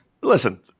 Listen